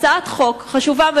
הצעת חוק חשובה מאוד,